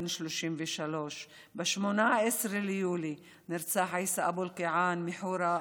בן 33. ב-18 ביולי נרצח עיסא אבו אלקיעאן מחורה,